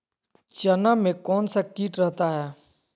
चना में कौन सा किट रहता है?